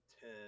ten